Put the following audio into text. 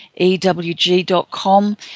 ewg.com